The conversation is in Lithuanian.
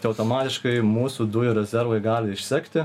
tai automatiškai mūsų dujų rezervai gali išsekti